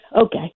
Okay